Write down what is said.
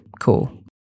cool